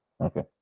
Okay